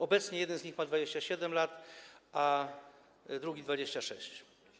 Obecnie jeden z nich ma 27 lat, a drugi - 26.